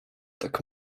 tak